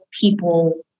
people